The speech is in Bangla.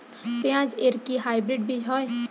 পেঁয়াজ এর কি হাইব্রিড বীজ হয়?